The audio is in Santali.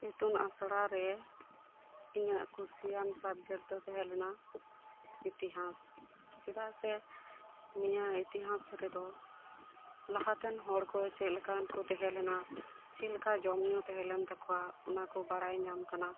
ᱤᱛᱩᱱ ᱟᱥᱲᱟᱨᱮ ᱤᱧᱟᱹᱜ ᱠᱩᱥᱤᱭᱟᱱ ᱥᱟᱵᱽᱡᱮᱠᱴ ᱫᱚ ᱛᱟᱦᱮᱸᱞᱮᱱᱟ ᱤᱛᱤᱦᱟᱥ ᱪᱮᱫᱟᱜ ᱥᱮ ᱱᱤᱭᱟᱹ ᱤᱛᱤᱦᱟᱥ ᱨᱮᱫᱚ ᱞᱟᱦᱟᱛᱮᱱ ᱦᱚᱲ ᱠᱚ ᱪᱮᱫ ᱞᱮᱠᱟᱱ ᱦᱚᱲ ᱠᱚ ᱛᱟᱦᱮᱸ ᱞᱮᱱᱟ ᱪᱮᱫ ᱞᱮᱠᱟ ᱡᱚᱢ ᱧᱩ ᱛᱟᱦᱮᱸ ᱞᱮᱱ ᱛᱟᱠᱚᱣᱟ ᱚᱱᱟ ᱠᱚ ᱵᱟᱲᱟᱭ ᱧᱟᱢ ᱟᱠᱟᱱᱟ